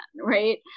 right